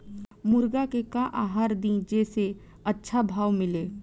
मुर्गा के का आहार दी जे से अच्छा भाव मिले?